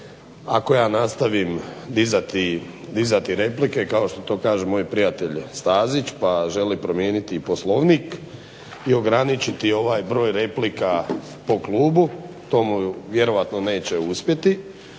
Ako ja nastavim dizati replike kao što to kaže moj prijatelj Stazić pa želi promijeniti poslovnik i ograničiti ovaj broj replika po klubu. To mu vjerojatno neće uspjeti